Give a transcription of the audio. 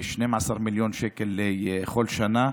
12 מיליון שקל כל שנה.